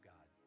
God